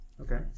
okay